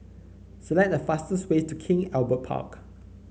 select the fastest way to King Albert Park